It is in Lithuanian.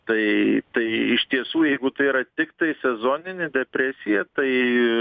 tai tai iš tiesų jeigu tai yra tiktai sezoninė depresija tai